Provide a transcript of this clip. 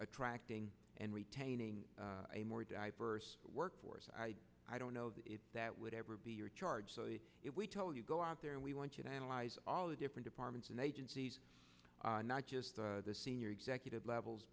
attracting and retaining a more diverse workforce i i don't know that it's that would ever be your charge if we told you go out there and we want you to analyze all the different departments and agencies not just the senior executive levels